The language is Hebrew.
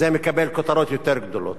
וזה מקבל כותרות יותר גדולות.